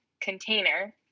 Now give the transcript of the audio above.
container